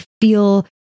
feel